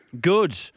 Good